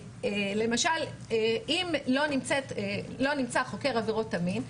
למשל, אם לא נמצא חוקר עבירות המין,